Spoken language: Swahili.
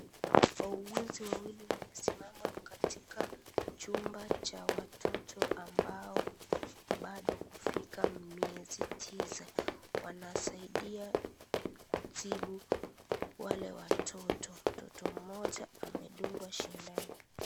Wauguzi wawili wamesimama katika chumba cha watoto ambao bado kufika miezi tisa, wanasaidia kutibu wale watoto. Mtoto mmoja amedungwa sindano.